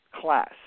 class